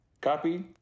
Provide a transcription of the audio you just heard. copy